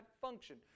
function